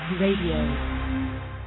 Radio